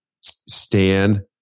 stand